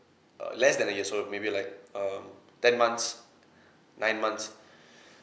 uh less than a year so maybe like um ten months nine months